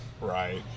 Right